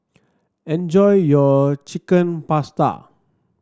enjoy your Chicken Pasta